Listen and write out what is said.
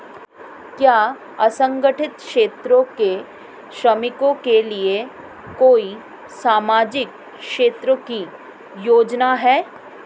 क्या असंगठित क्षेत्र के श्रमिकों के लिए कोई सामाजिक क्षेत्र की योजना है?